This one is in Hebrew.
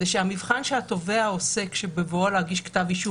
שהמבחן שהתובע עושה בבואו להגיש כתב אישום